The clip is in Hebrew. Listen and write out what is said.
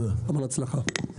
בהצלחה.